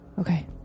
Okay